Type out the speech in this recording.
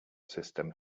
system